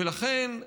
ולכן,